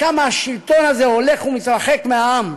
כמה השלטון הזה הולך ומתרחק מהעם,